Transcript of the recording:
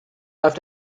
left